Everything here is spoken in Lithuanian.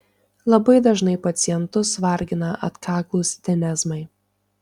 labai dažnai pacientus vargina atkaklūs tenezmai